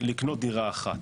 האפשרות לקנות דירה אחת.